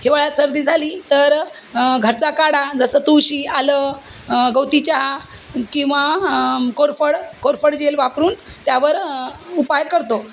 हिवाळ्यात सर्दी झाली तर घरचा काढा जसं तुळशी आलं गवतीचहा किंवा कोरफड कोरफड जेल वापरून त्यावर उपाय करतो